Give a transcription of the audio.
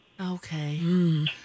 Okay